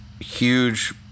huge